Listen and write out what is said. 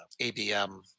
ABM